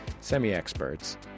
semi-experts